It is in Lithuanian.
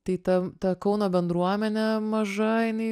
tai ta ta kauno bendruomenė maža jinai